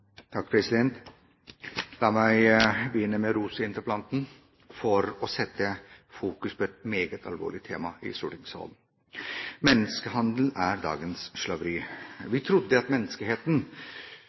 La meg begynne med å rose interpellanten for å sette fokus på et meget alvorlig tema i stortingssalen. Menneskehandel er dagens slaveri.